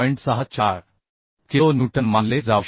64 kilo newton मानले जाऊ शकते